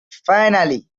finally